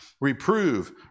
Reprove